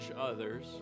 others